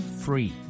free